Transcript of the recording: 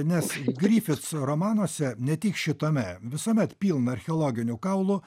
nes grific romanuose ne tik šitame visuomet pilna archeologinių kaulų